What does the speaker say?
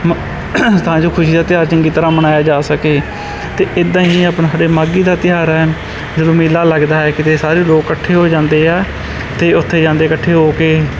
ਮ ਤਾਂ ਜੋ ਖੁਸ਼ੀ ਦਾ ਤਿਉਹਾਰ ਚੰਗੀ ਤਰ੍ਹਾਂ ਮਨਾਇਆ ਜਾ ਸਕੇ ਅਤੇ ਇੱਦਾਂ ਹੀ ਆਪਣਾ ਸਾਡੇ ਮਾਘੀ ਦਾ ਤਿਉਹਾਰ ਹੈ ਜਦੋਂ ਮੇਲਾ ਲੱਗਦਾ ਹੈ ਕਿਤੇ ਸਾਰੇ ਲੋਕ ਇਕੱਠੇ ਹੋ ਜਾਂਦੇ ਹੈ ਅਤੇ ਉੱਥੇ ਜਾਂਦੇ ਇਕੱਠੇ ਹੋ ਕੇ